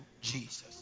Jesus